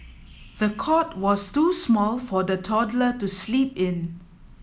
the cot was too small for the toddler to sleep in